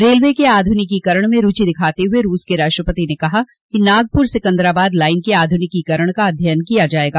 railway के आध्निकीकरण में रुचि दिखाते हुए रूस के राष्ट्रपति ने कहा कि नागपुर सिकंदराबाद लाइन के आधूनिकीकरण का अध्ययन किया जाएगा